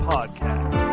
Podcast